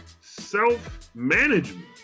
self-management